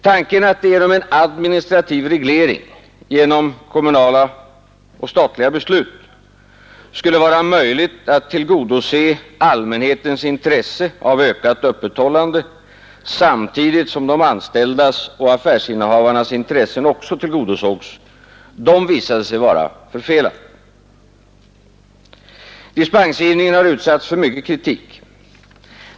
Tanken att det med en administrativ reglering genom kommunala och statliga beslut skulle vara möjligt att tillgodose allmänhetens intresse av ökat öppethållande samtidigt som också de anställdas och affärsinnehavarnas intressen tillgodosågs visade sig vara förfelad. Dispensgivningen har utsatts för mycken kritik.